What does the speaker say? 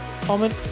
Comment